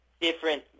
different